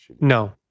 No